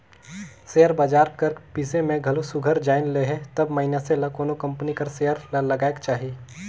share बजार कर बिसे में घलो सुग्घर जाएन लेहे तब मइनसे ल कोनो कंपनी कर सेयर ल लगाएक चाही